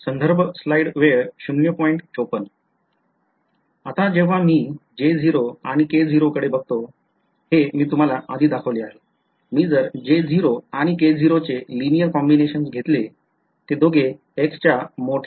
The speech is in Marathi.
आता जेव्हा मी J0 आणि K0 कडे बघतो हे मी तुम्हाला आधी दाखवले आहे मी जर J0 आणि K0 चे लिनिअर कॉम्बिनेशन घेतले ते दोघे x च्या मोठ्या value ला झिरो होतील का